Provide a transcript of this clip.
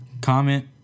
Comment